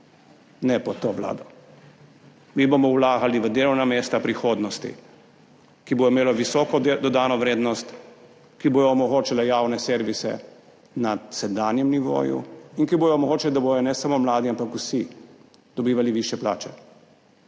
Ne pod to vlado! Mi bomo vlagali v delovna mesta prihodnosti, ki bodo imela visoko dodano vrednost, ki bodo omogočala javne servise na sedanjem nivoju, in ki bodo omogočala, da bodo ne samo mladi, ampak vsi dobivali višje plače,